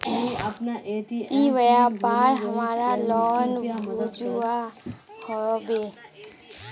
ई व्यापार हमार लोन भेजुआ हभे?